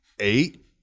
Eight